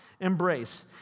embrace